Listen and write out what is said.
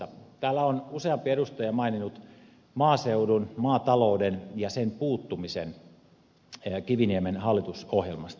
täällä on useampi edustaja maininnut maaseudun maatalouden ja sen puuttumisen kiviniemen hallitusohjelmasta